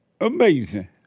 amazing